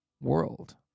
world